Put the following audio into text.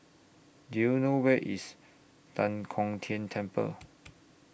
Do YOU know Where IS Tan Kong Tian Temple